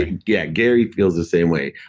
yeah gary feels the same way.